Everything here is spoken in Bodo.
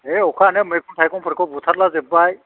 है अखायानो मैगं थाइगंफोरखौ बुथारलाजोबबाय